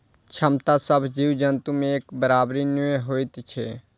क्षमता सभ जीव जन्तु मे एक बराबरि नै होइत छै